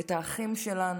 את האחים שלנו,